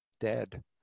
dead